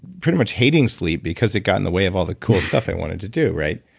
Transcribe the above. pretty much hating sleep because it got in the way of all the cool stuff i wanted to do, right?